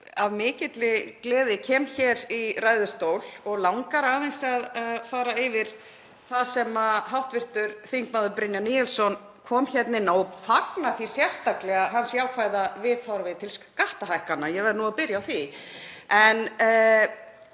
af mikilli gleði hér í ræðustól og langar aðeins að fara yfir það sem hv. þm. Brynjar Níelsson kom inn á. Ég fagna sérstaklega hans jákvæða viðhorfi til skattahækkana, ég verð nú að byrja á því.